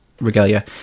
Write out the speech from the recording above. regalia